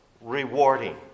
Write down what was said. rewarding